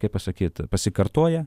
kaip pasakyt pasikartoja